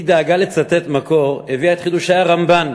היא דאגה לצטט מקור, הביאה את "חידושי הרמב"ן".